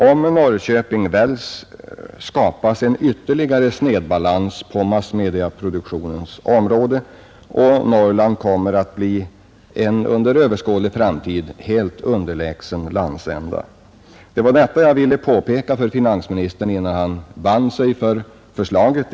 Om Norrköping väljs skapas en ytterligare snedbalans på massmediaproduktionens område, och Norrland kommer att bli en under överskådlig framtid helt underlägsen landsända. Det var detta jag ville påpeka för finansministern, innan han band sig för förslaget.